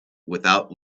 without